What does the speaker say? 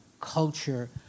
culture